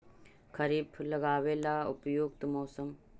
खरिफ लगाबे ला उपयुकत मौसम?